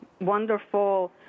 wonderful